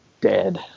dead